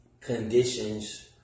conditions